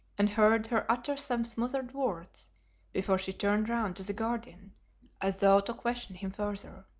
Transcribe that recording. and heard her utter some smothered words before she turned round to the guardian as though to question him further.